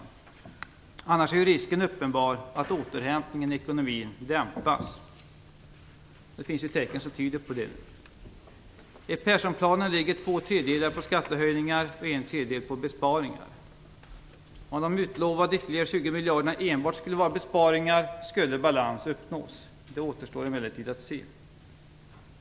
I annat fall är det en uppenbar risk att återhämtningen i ekonomin dämpas. Det finns nu tecken som tyder på det. Perssonplanen består till två tredjedelar av skattehöjningar och till en tredjedel av besparingar. Om de utlovade ytterligare 20 miljarderna enbart skulle vara besparingar, skulle balans uppnås. Det återstår emellertid att se.